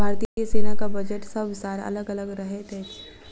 भारतीय सेनाक बजट सभ साल अलग अलग रहैत अछि